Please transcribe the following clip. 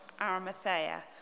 Arimathea